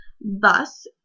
Thus